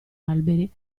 alberi